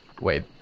wait